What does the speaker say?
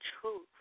truth